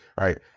right